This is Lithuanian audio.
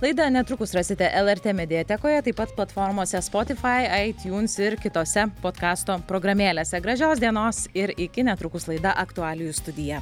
laidą netrukus rasite lrt mediatekoje taip pat platformose spotify itunes ir kitose podkasto programėlėse gražios dienos ir iki netrukus laida aktualijų studija